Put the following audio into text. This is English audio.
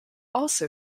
also